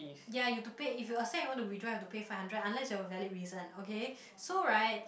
ya you've to pay if you accept you want to withdraw you've to pay five hundred unless you've valid reason okay so right